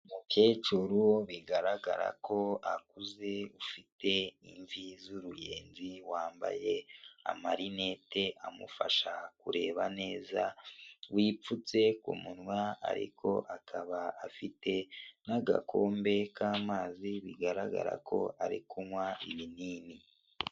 Umukecuru bigaragara ko akuze ufite imvi z'uruyenzi, wambaye amarinete amufasha kureba neza wipfutse ku munwa ariko akaba afite n'agakombe k'amazi bigaragara ko ari kunywa ibinini.